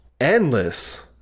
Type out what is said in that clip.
endless